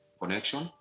connection